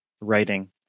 writing